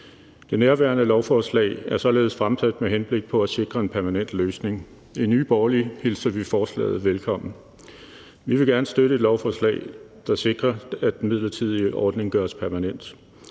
Det nærværende lovforslag er således fremsat med henblik på at sikre en permanent løsning. I Nye Borgerlige hilser vi lovforslaget velkommen. Vi vil gerne støtte et lovforslag, der sikrer, at den midlertidige ordning gøres permanent.